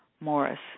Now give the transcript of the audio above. Morris